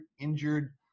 injured